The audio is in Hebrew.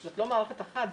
זאת לא מערכת אחת,